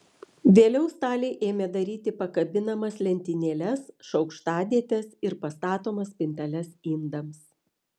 vėliau staliai ėmė daryti pakabinamas lentynėles šaukštdėtes ir pastatomas spinteles indams